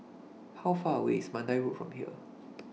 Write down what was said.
How Far away IS Mandai Road from here